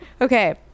okay